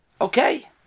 okay